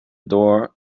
door